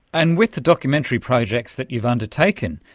and with the documentary projects that you've undertaken,